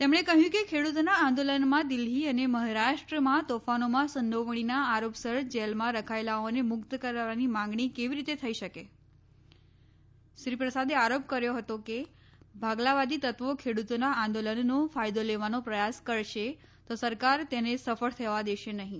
તેમણે કહ્યું કે ખેડૂતોના આંદોલનમાં દિલ્હી અને મહારાષ્ટ્રપમાં તોફાનોમાં સંડીવણીના આરોપસર જેલમાં રખાયેલાઓને મુક્ત કરવાની માંગણી કેવી રીતે થઈ શકે શ્રી પ્રસાદે આરોપ કર્યો હતો કે ભાગલાવાદી તત્વો ખેડૂતોના આંદોલનનો ફાયદો લેવાનો પ્રયાસ કરશે તો સરકાર તેને સફળ થવા દેશે નહીં